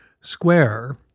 square